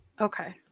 Okay